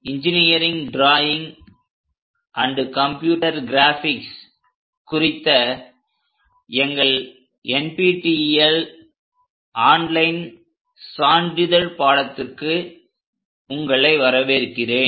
engineering drawing and computer graphics குறித்த எங்கள் NPTEL online சான்றிதழ் பாடத்திற்கு உங்களை வரவேற்கிறேன்